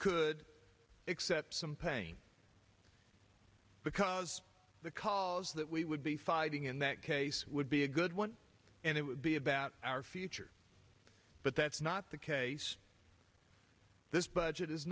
could accept some pain because the cause that we would be fighting in that case would be a good one and it would be about our future but that's not the case this budget is